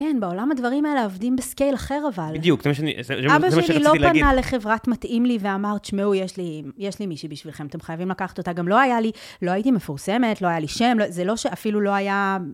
כן, בעולם הדברים האלה עובדים בסקייל אחר, אבל... בדיוק, זה מה שרציתי להגיד. אבא שלי לא קנה לחברת מתאים לי ואמר, תשמעו, יש לי מישהי בשבילכם, אתם חייבים לקחת אותה. גם לא היה לי, לא הייתי מפורסמת, לא היה לי שם, זה לא שאפילו לא היה...